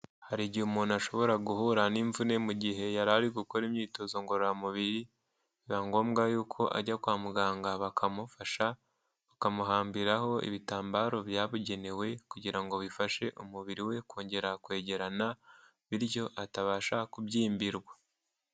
Hari igihe umuntu ashobora guhura n'imvune mu gihe yari ari gukora imyitozo ngororamubiri, biba ngombwa yuko ajya kwa muganga bakamufasha, bakamuhambiraho ibitambaro byabugenewe kugira ngo bifashe umubiri we kongera kwegerana, bityo atabasha kubyimbirwa.